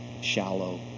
shallow